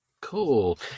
Cool